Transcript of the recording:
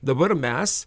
dabar mes